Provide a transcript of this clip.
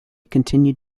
continued